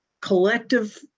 collective